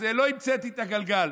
אז לא המצאתי את הגלגל.